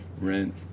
rent